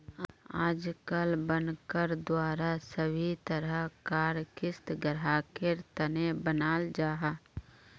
आजकल बनकर द्वारा सभी तरह कार क़िस्त ग्राहकेर तने बनाल जाहा